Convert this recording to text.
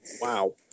Wow